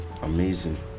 amazing